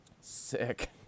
sick